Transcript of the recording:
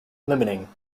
limiting